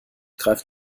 greift